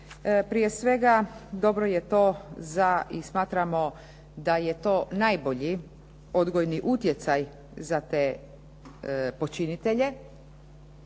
Prije svega, dobro je to za i smatramo da je to najbolji odgojni utjecaj za te počinitelje,